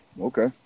Okay